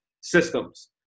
systems